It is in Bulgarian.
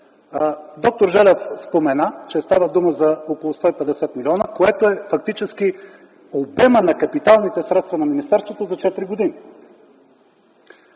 Доктор Желев спомена, че става дума за около 150 млн. лв., което е фактически обемът на капиталните средства на министерството за 4 години.